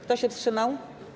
Kto się wstrzymał?